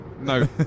No